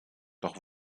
doch